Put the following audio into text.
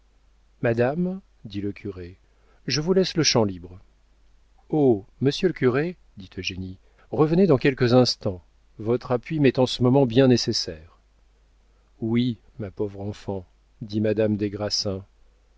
madame dit le curé je vous laisse le champ libre oh monsieur le curé dit eugénie revenez dans quelques instants votre appui m'est en ce moment bien nécessaire oui ma pauvre enfant dit madame des grassins